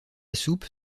soupe